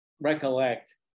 recollect